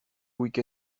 week